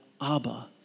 Abba